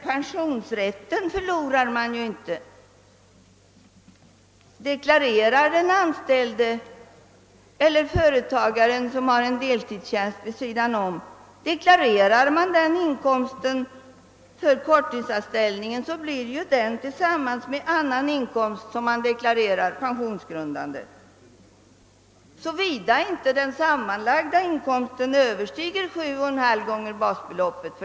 Pensionsrätten förlorar man ju inte. Deklarerar den anställde eller en företagare, som har en deltidstjänst vid sidan av sitt vanliga arbete, inkomsten av deltidsanställningen blir ju denna inkomst tillsammans med annan inkomst som deklareras pensionsgrundande, såvida inte den sammanlagda inkomsten överstiger 7,5 gånger basbeloppet.